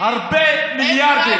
הרבה מיליארדים.